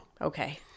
Okay